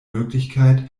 möglichkeit